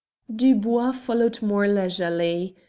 dubois followed more leisurely.